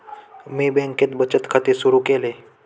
मी बँकेत बचत खाते सुरु केले